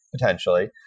potentially